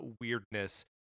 weirdness